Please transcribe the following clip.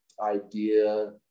idea